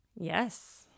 Yes